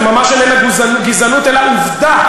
זו ממש איננה גזענות אלא עובדה,